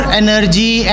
energy